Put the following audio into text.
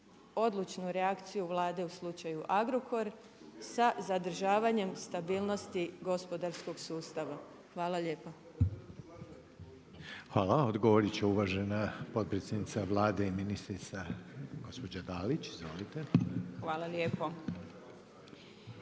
odlučnu reakciju Vlade u slučaju Agrokor, sa zadržavanjem stabilnosti gospodarskog sustava. Hvala lijepa. **Reiner, Željko (HDZ)** Hvala. Odgovorit će uvažena potpredsjednica Vlade i ministrica gospođa Dalić. Izvolite. **Dalić,